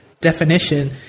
definition